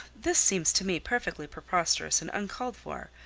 this seems to me perfectly preposterous and uncalled for.